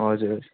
हजुर